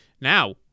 Now